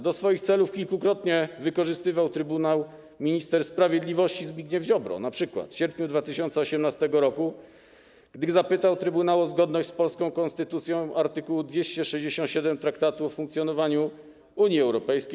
Do swoich celów już kilkukrotnie wykorzystywał trybunał minister sprawiedliwości Zbigniew Ziobro, np. w sierpniu 2018 r., gdy zapytał trybunał o zgodność z polską konstytucją art. 267 Traktatu o funkcjonowaniu Unii Europejskiej.